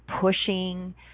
pushing